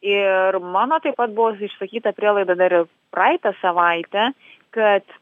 ir mano taip pat buvo išsakyta prielaida dar ir praeitą savaitę kad